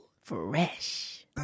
Fresh